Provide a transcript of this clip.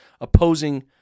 opposing